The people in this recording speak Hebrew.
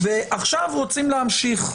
ועכשיו רוצים להמשיך.